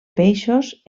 peixos